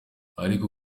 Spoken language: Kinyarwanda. ariko